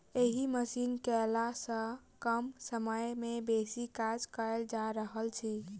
एहि मशीन केअयला सॅ कम समय मे बेसी काज कयल जा रहल अछि